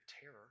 terror